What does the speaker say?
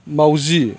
माउजि